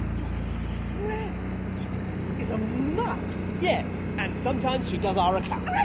your friend is a mouse! yes! and sometimes she does our accounts.